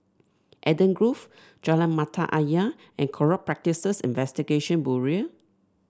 Eden Grove Jalan Mata Ayer and Corrupt Practices Investigation Bureau